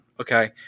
okay